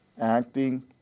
acting